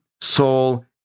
soul